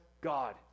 God